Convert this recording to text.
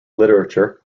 literature